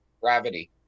gravity